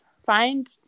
find